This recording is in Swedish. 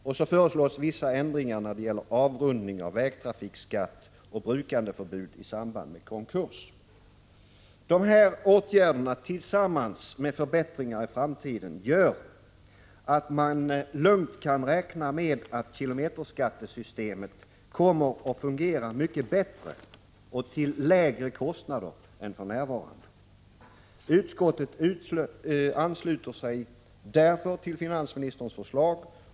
Vidare föreslås vissa ändringar när det gäller avrundning av vägtrafikskatt och brukandeförbud i samband med konkurs. Dessa åtgärder tillsammans med förbättringar i framtiden gör att man lugnt kan räkna med att kilometerskattesystemet kommer att fungera mycket bättre och till lägre kostnader än för närvarande. Utskottet ansluter sig därför till finansministerns förslag.